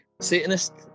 Satanist